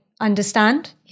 understand